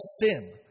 sin